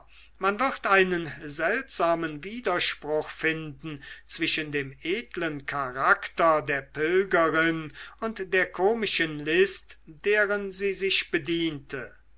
man wird einen seltsamen widerspruch finden zwischen dem edlen charakter der pilgerin und der komischen list deren sie sich bediente